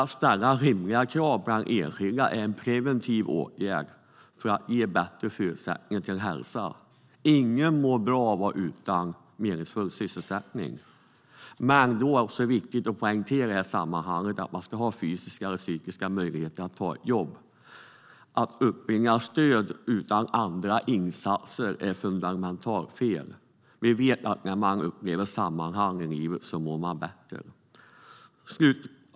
Att ställa rimliga krav på den enskilde är därför en preventiv åtgärd för att ge bättre förutsättningar till hälsa. Ingen mår bra av vara utan meningsfull sysselsättning. Men det är i sammanhanget viktigt att poängtera att man ska ha fysiska eller psykiska möjligheter att ta ett jobb. Att uppbringa stöd utan andra insatser är fundamentalt fel. Vi vet att man mår bättre när man upplever ett sammanhang i livet.